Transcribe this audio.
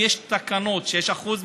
אדוני היושב-ראש,